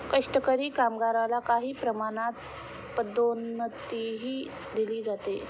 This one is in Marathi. कष्टकरी कामगारला काही प्रमाणात पदोन्नतीही दिली जाते